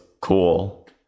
Cool